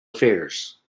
affairs